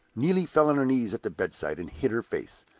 neelie fell on her knees at the bedside and hid her face.